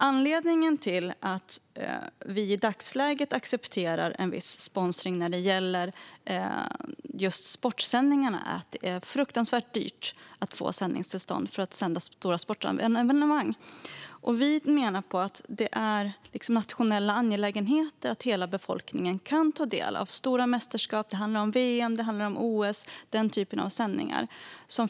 Anledningen till att vi i dagsläget accepterar viss sponsring när det gäller just sportsändningar är att det är fruktansvärt dyrt att få sändningstillstånd för stora sportevenemang. Vi menar att det är nationella angelägenheter att hela befolkningen kan ta del av stora mästerskap - det handlar om VM, OS och den typen av sändningar.